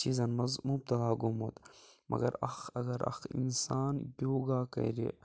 چیٖزَن منٛز مُبتلا گوٚمُت مگر اَکھ اگر اَکھ اِنسان یوگا کَرِ